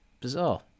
Bizarre